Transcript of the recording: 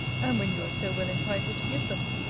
and when you are so well entitled to give them?